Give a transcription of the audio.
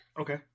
Okay